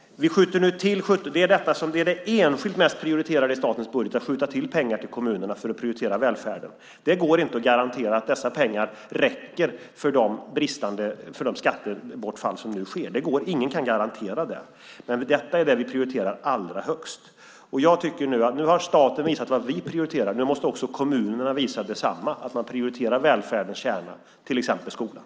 Det enskilt mest prioriterade i statens budget är att skjuta till pengar till kommunerna för att prioritera välfärden. Det går inte att garantera att dessa pengar räcker för de skattebortfall som nu sker. Ingen kan garantera det. Men det är detta som vi prioriterar allra högst. Nu har staten visat vad vi prioriterar. Nu måste också kommunerna visa detsamma - att de prioriterar välfärdens kärna, till exempel skolan.